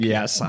Yes